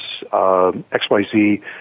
XYZ